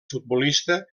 futbolista